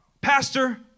Pastor